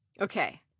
Okay